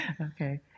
okay